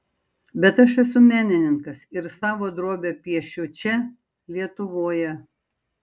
bet aš esu menininkas ir savo drobę piešiu čia lietuvoje